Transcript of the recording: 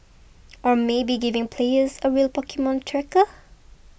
or maybe giving players a real Pokemon tracker